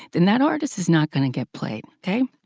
then that artist is not going to get played. okay?